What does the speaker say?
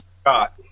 Scott